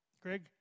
Greg